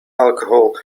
alcohol